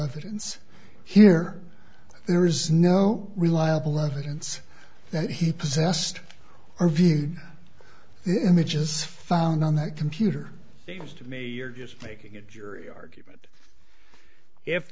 evidence here there is no reliable evidence that he possessed or viewing the images found on that computer seems to me you're just making a jury argument if